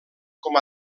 com